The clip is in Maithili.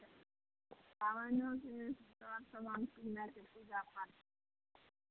पाबनिओके लेल सभ समान किननाइ छै पूजापाठके